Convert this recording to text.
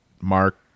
Mark